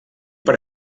per